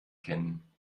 kennen